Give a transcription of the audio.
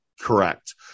correct